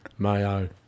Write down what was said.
Mayo